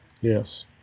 Yes